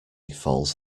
falls